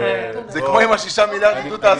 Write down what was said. זה כמו עם ה-6 מיליארד שקל לעידוד תעסוקה.